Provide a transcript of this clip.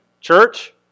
Church